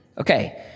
Okay